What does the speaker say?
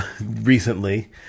recently